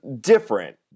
different